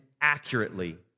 accurately